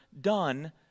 done